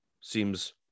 Seems